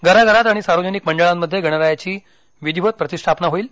घराघरात आणि सार्वजनिक मंडळांमध्ये गणरायाची विधिवत प्रतिष्ठापना होईल